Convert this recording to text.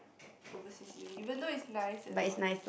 overseas uni even though it's nice and all